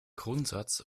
grundsatz